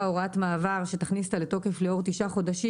הוראות מעבר שתכניס אותה לתוקף לאורך תשעה חודשים,